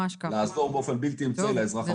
על מנת שיוכלו לעזור באופן בלתי אמצעי לאזרח הוותיק.